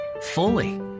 fully